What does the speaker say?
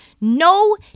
No